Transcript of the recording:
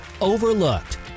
Overlooked